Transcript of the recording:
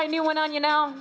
a new one on you know